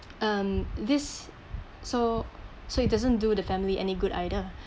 um this so so it doesn't do the family any good either